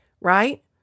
right